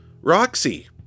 Roxy